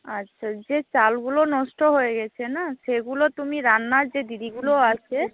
আচ্ছা যে চালগুলো নষ্ট হয়ে গেছে না সেগুলো তুমি রান্নার যে দিদিগুলো আছে